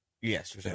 Yes